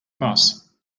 bus